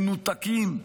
מנותקים,